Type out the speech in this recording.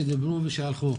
שדיברו ושהלכו.